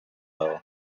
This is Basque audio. dago